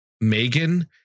Megan